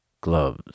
gloves